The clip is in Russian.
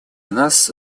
нас